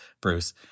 Bruce